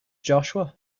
joshua